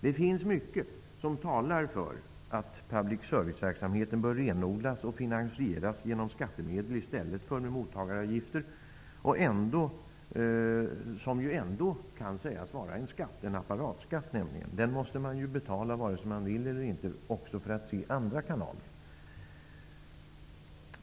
Det finns mycket som talar för att public serviceverksamheten bör renodlas och finansieras genom skattemedel i stället för med mottagaravgiften som ändå kan betraktas som en skatt -- en apparatskatt, som man ju måste betala vare sig man vill eller inte också för att se andra kanaler.